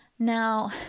Now